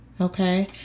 Okay